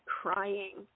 crying